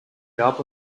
gab